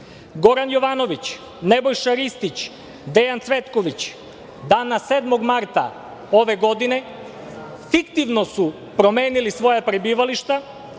Jovanović, Nebojša Ristić, Dejan Cvetković, dana 7. marta ove godine, fiktivno su promenili svoja prebivališta